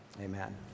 amen